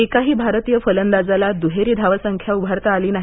एकाही भारतीय फलंदाजाला दुहेरी धावसंख्या उभारता आली नाही